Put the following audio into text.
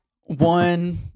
one